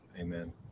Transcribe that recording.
amen